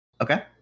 Okay